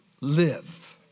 live